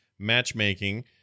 Matchmaking